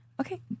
Okay